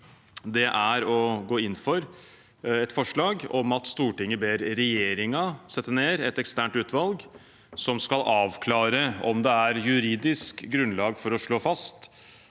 side er å gå inn for et forslag om at Stortinget ber regjeringen sette ned et eksternt utvalg som skal avklare om det er juridisk grunnlag for å slå fast